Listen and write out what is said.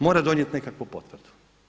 Mora donijeti nekakvu potvrdu.